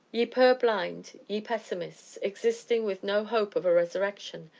ye purblind, ye pessimists, existing with no hope of a resurrection,